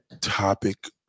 topic